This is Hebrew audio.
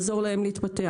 מנת שיעזרו להם להתפתח.